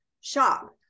shop